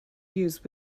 use